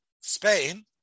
Spain